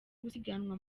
gusiganwa